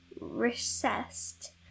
recessed